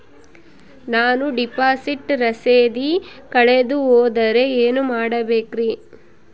ನಾನು ಡಿಪಾಸಿಟ್ ರಸೇದಿ ಕಳೆದುಹೋದರೆ ಏನು ಮಾಡಬೇಕ್ರಿ?